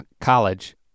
college